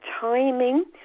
timing